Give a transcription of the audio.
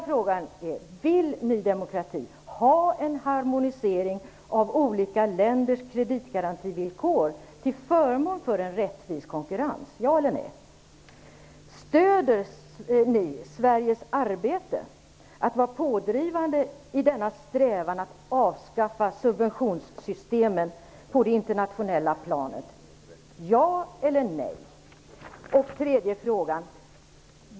Vill Ny demokrati ha en harmonisering av olika länders kreditgarantivillkor till förmån för en rättvis konkurrens? Ja eller nej? 2. Stöder ni Sveriges arbete med att vara pådrivande i denna strävan att avskaffa subventionssystemet på det internationella planet? 3.